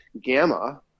Gamma